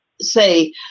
say